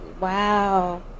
wow